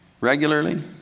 regularly